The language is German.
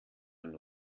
den